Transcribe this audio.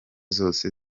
zose